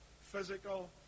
physical